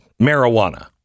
marijuana